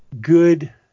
good